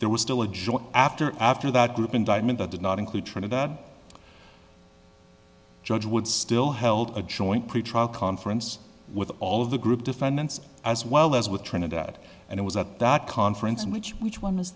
there was still a joint after after that group indictment that did not include trinidad judge would still held a joint pretrial conference with all of the group defendants as well as with trinidad and i was at that conference in which which one is